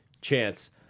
chance